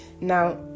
Now